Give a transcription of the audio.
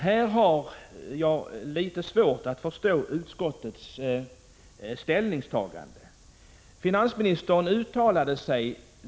Jag har litet svårt att förstå utskottets ställningstagande när det gäller den frågan.